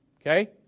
Okay